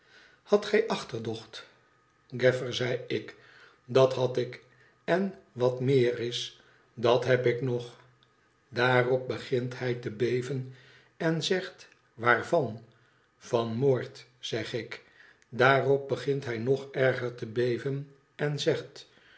hadt gij achterdocht gaffer zei ik tdat had ik en wat meer is dat heb ik nog daarop begint hij te beven en zegt t waarvan tvan moord zeg ik daarop begint hij nog erger te beven en zegt